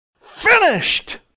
finished